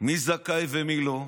מי זכאי ומי לא.